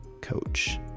coach